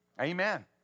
Amen